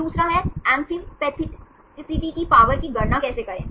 फिर दूसरा है एम्फीपैथिटी की पावर की गणना कैसे करें